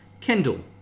Kendall